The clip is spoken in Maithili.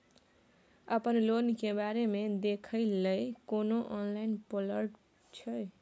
अपन लोन के बारे मे देखै लय कोनो ऑनलाइन र्पोटल छै?